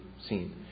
seen